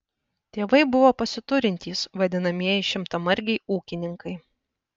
tėvai buvo pasiturintys vadinamieji šimtamargiai ūkininkai